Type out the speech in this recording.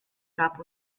gab